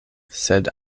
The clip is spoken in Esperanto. sed